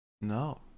No